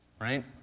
Right